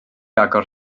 agor